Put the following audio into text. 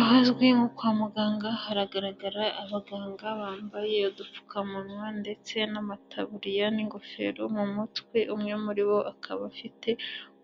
Ahazwi nko kwa muganga haragaragara abaganga bambaye udupfukamunwa ndetse n'amataburiya n'ingofero mu mutwe umwe muri bo akaba afite